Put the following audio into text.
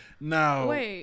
Now